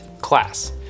class